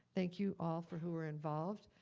thank you all for who are involved,